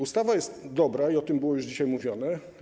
Ustawa jest dobra i o tym było już dzisiaj mówione.